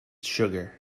sugar